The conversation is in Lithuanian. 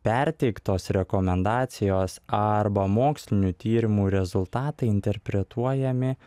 perteiktos rekomendacijos arba mokslinių tyrimų rezultatai interpretuojami